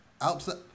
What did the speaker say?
outside